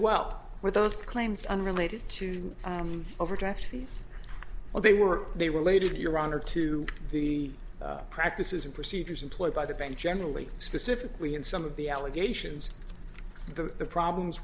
well where those claims unrelated to overdraft fees well they were they related to your honor to the practices and procedures employed by the bank generally specifically in some of the allegations the problems